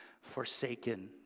forsaken